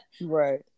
Right